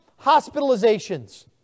hospitalizations